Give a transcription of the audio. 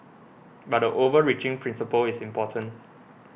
but the overreaching principle is important